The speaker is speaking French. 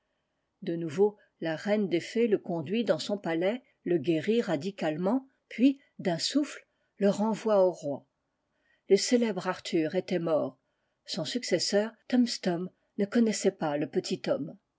de nouveau la reine des fées le conduit dans son palais le guérit radicalement puis d'un souffle le renvoie au roi le célèbre arthur était mort son successeur thumstom ne connaissait pas le petit